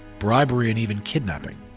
bribery and even kidnapping.